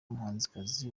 umuhanzikazi